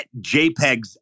JPEGs